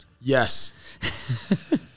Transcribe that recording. Yes